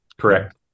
Correct